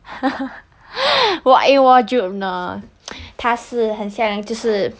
!wah! eh wardrobe 呢它是很像就是